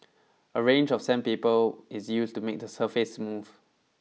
a range of sandpaper is used to make the surface smooth